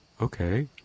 Okay